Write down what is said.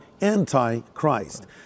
anti-Christ